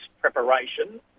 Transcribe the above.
preparation